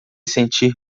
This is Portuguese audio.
sentir